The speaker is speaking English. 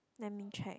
let me check